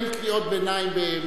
אין קריאות ביניים.